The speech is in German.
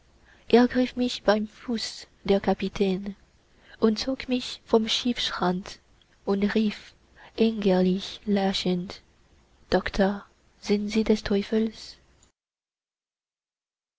ergriff mich beim fuß der kapitän und zog mich vom schiffsrand und rief ärgerlich lachend doktor sind sie des teufels